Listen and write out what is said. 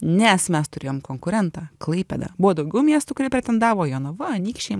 nes mes turėjom konkurentą klaipėdą buvo daugiau miestų kurie pretendavo jonava anykščiai